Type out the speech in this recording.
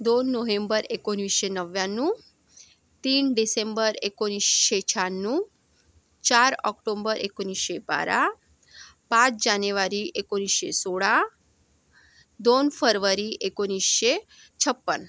दोन नोहेंबर एकोणवीसशे नव्याण्णव तीन डिसेंबर एकोणीसशे शहाण्णव चार ऑक्टोंबर एकोणीसशे बारा पाच जानेवारी एकोणीसशे सोळा दोन फरवरी एकोणीसशे छप्पन